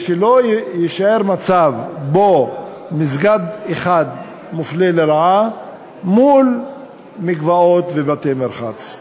שלא יישאר מצב שבו מסגד אחד מופלה לרעה מול מקוואות ובתי-מרחץ.